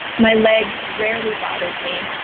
my legs rarely bothered me.